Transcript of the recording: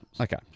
okay